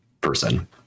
person